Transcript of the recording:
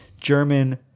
German